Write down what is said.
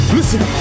Listen